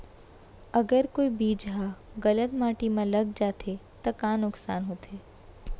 अगर कोई बीज ह गलत माटी म लग जाथे त का नुकसान होथे?